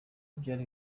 byari